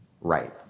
right